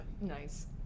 Nice